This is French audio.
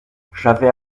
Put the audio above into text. j’avais